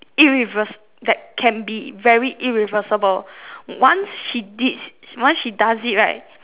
irrevers~ that can be very irreversible once she did once she does it right